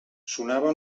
sonava